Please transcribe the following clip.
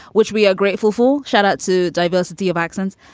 which we are grateful for. sharratt to diversity of accents.